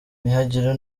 nihagira